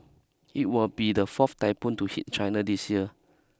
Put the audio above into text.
it will be the fourth typhoon to hit China this year